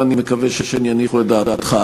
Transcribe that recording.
ואני מקווה שהן יניחו את דעתך.